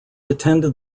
attended